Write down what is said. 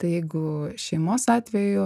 tai jeigu šeimos atveju